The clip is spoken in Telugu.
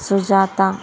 సుజాత